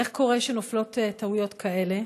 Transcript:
1. איך קורה שנופלות טעויות כאלה?